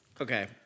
Okay